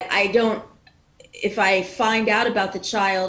אם אני מגלה מקרה של ילד,